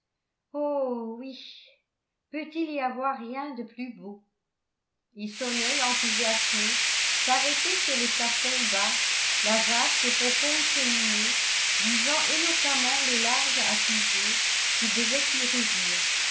oh oui peut-il y avoir rien de plus beau et son œil enthousiasmé s'arrêtait sur les plafonds bas la vaste et profonde cheminée disant éloquemment les larges attisées qui devaient y rugir